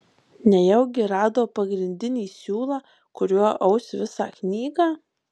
nejaugi rado pagrindinį siūlą kuriuo aus visą knygą